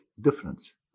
difference